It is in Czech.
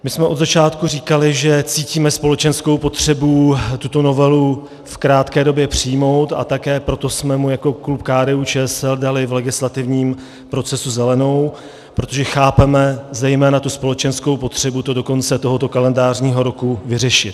My jsme od začátku říkali, že cítíme společenskou potřebu tuto novelu v krátké době přijmout, a také proto jsme jí jako klub KDUČSL dali v legislativním procesu zelenou, protože chápeme zejména tu společenskou potřebu to do konce tohoto kalendářního roku vyřešit.